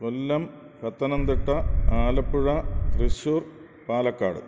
Kollam Pathanamthitta Alappuzha Thrissur Palakkad